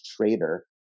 trader